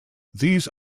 these